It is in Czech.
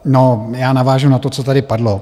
No, já navážu na to, co tady padlo.